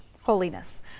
holiness